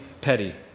petty